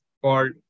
called